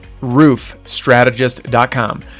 roofstrategist.com